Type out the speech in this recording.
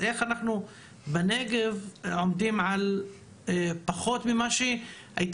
איך אנחנו בנגב עומדים על פחות ממה שהיה